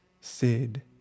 Sid